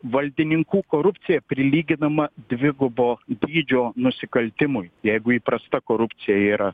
valdininkų korupcija prilyginama dvigubo dydžio nusikaltimui jeigu įprasta korupcija yra